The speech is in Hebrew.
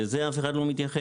לזה אף אחד לא מתייחס.